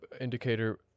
indicator